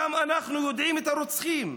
גם אנחנו יודעים מי הרוצחים,